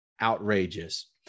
outrageous